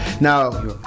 Now